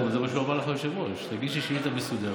וזה מה שאמר לך היושב-ראש: תגישי שאילתה מסודרת,